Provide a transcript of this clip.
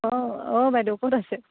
অ অ' বাইদেউ ক'ত আছে